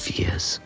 years